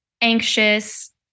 anxious